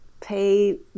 pay